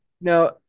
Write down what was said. Now